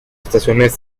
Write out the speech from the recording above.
estaciones